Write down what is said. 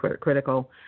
critical